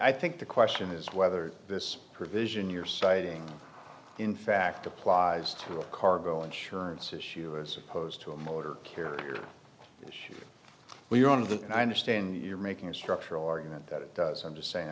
i think the question is whether this provision you're citing in fact applies to a cargo insurance issue as opposed to a motor carrier we're on of the i understand you're making a structural argument that it does i'm